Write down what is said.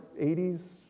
80s